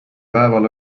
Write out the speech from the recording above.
päeval